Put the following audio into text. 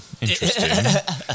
interesting